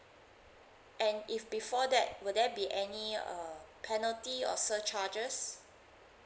and if before that will there be any uh penalty or surcharges